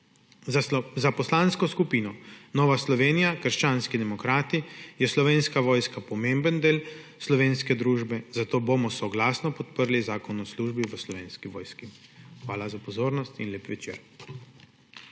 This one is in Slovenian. Za Poslansko skupino Nova Slovenija – krščanski demokrati je Slovenska vojska pomemben del slovenske družbe, zato bomo soglasno podprli zakon o službi v Slovenski vojski. Hvala za pozornost in lep večer.